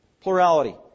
Plurality